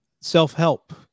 self-help